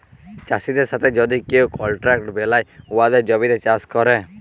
চাষীদের সাথে যদি কেউ কলট্রাক্ট বেলায় উয়াদের জমিতে চাষ ক্যরে